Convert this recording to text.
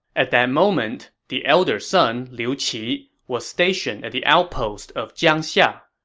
at that moment, the elder son, liu qi, was stationed at the outpost of jiangxia,